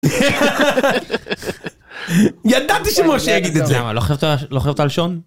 ידעתי שמשה יגיד את זה! למה, לא חשבת על שון?